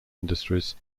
industries